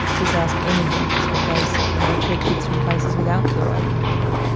just ask any dentist what they see when they treat kids from places without fluoride in the water.